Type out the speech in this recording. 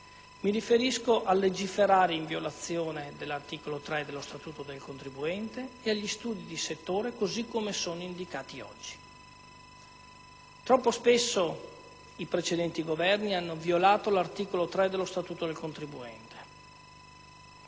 Mi riferisco al legiferare in violazione dell'articolo 3 dello Statuto del contribuente e agli studi di settore, così come sono concepiti oggi. Troppo spesso i precedenti Governi hanno violato l'articolo 3 dello Statuto del contribuente.